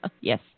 Yes